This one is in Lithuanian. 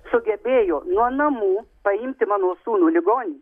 sugebėjo nuo namų paimti mano sūnų ligonį